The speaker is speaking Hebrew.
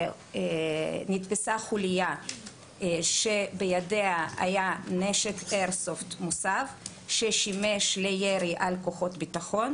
נתפסה חוליה שבידיה היה נשק איירסופט מוסב ששימש לירי על כוחות ביטחון.